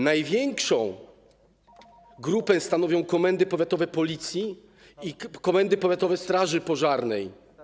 Największą grupę stanowią komendy powiatowe Policji i komendy powiatowe straży pożarnej.